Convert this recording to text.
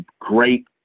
great